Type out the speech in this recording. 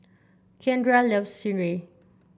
Keandre loves sireh